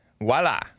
Voila